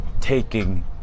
taking